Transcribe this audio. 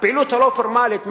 הפעילות הלא-פורמלית,